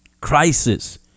crisis